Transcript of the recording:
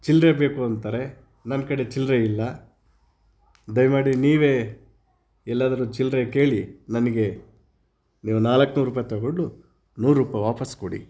ಚಿಲ್ಲರೆ ಬೇಕು ಅಂತಾರೆ ನನ್ನ ಕಡೆ ಚಿಲ್ಲರೆ ಇಲ್ಲ ದಯಮಾಡಿ ನೀವೆ ಎಲ್ಲಾದರೂ ಚಿಲ್ಲರೆ ಕೇಳಿ ನನಗೆ ನೀವು ನಾಲ್ಕುನೂರು ರೂಪಾಯಿ ತೊಗೊಂಡು ನೂರು ರೂಪಾಯಿ ವಾಪಸ್ಸು ಕೊಡಿ